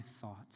thoughts